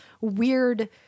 weird